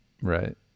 Right